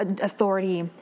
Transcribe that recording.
authority